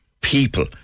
people